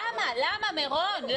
למה, מירום?